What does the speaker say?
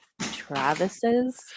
travis's